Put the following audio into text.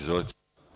Izvolite.